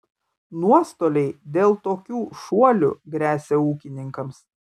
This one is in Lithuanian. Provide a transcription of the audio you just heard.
nuostoliai dėl tokių šuolių gresia ūkininkams